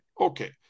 Okay